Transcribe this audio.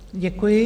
Děkuji.